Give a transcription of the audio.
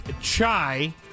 Chai